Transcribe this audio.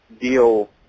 deal